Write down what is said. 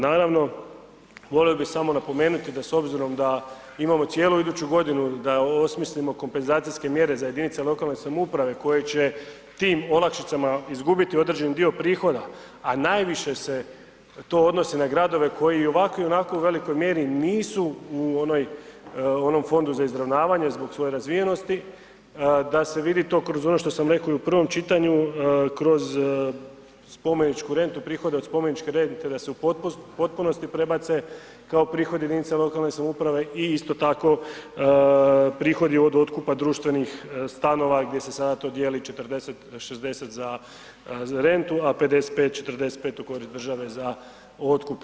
Naravno, volio bi samo napomenuti da s obzirom da imamo cijelu iduću godinu, da osmislimo kompenzacijske mjere za jedinice lokalne samouprave koje će tim olakšicama izgubiti određeni dio prihoda, a najviše se to odnosi na gradove koji i ovako i onako u velikoj mjeri nisu u onoj, onom fondu za izravnavanje zbog svoje razvijenosti, da se vidi to kroz ono što sam rekao i u prvom čitanju, kroz spomeničku rentu, prihode od spomeničke rente, da se u potpunosti prebace kao prihodi jedinica lokalne samouprave i isto tako prihodi od otkupa društvenih stanova gdje se sada to dijeli 40 60 za rentu, a 55 45 u korist države za otkup.